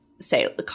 say